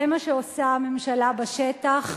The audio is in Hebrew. זה מה שעושה הממשלה בשטח.